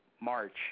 March